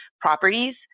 properties